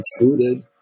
excluded